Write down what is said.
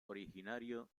originario